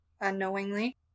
unknowingly